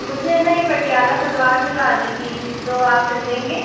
मुझे है न एक पटियाला सलवार सिलवानी थी तो आप सिल देंगे